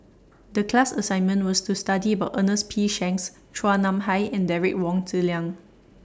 The class assignment was to study about Ernest P Shanks Chua Nam Hai and Derek Wong Zi Liang